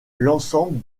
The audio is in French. l’ensemble